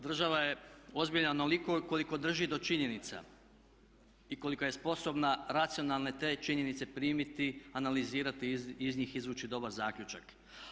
Država je ozbiljna onoliko koliko drži do činjenica i koliko je sposobna racionalno te činjenice primiti, analizirati i iz njih izvući dobar zaključak.